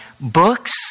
Books